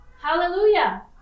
Hallelujah